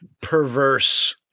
perverse